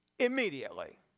Immediately